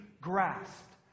grasped